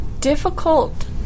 difficult